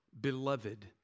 Beloved